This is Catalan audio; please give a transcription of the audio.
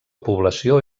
població